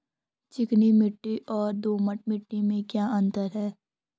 चिकनी मिट्टी और दोमट मिट्टी में क्या क्या अंतर है?